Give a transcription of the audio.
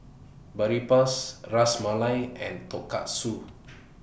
Boribap Ras Malai and Tonkatsu